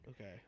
Okay